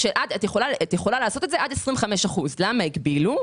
היא שאת יכולה לעשות את זה עד 25%. למה הגבילו?